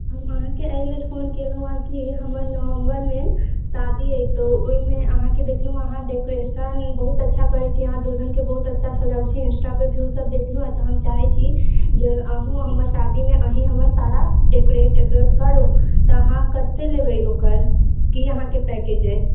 हम अहाँके एहि लेल फोन केलहुँ अइ कि हमर नवम्बरमे शादी अइ तऽ ओहिमे अहाँके देखलहुँ अहाँ डेकोरेशन बहुत अच्छा करै छिए अहाँ दुल्हनके बहुत अच्छा सजाबै छी इन्सटापर व्यूसब देखलहुँ तऽ हम चाहै छी जे अहूँ हमर शादीमे अहीँ हमर सारा डेकोरेट वोकोरेट करू तऽ अहाँ कतेक लेबै ओकर की अहाँके पैकेज अइ